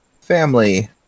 family